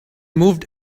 moved